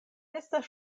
estas